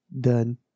Done